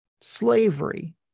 slavery